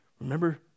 Remember